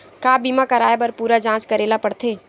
का बीमा कराए बर पूरा जांच करेला पड़थे?